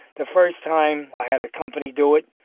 the first time, i had a company do it.